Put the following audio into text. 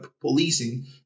policing